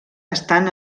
estan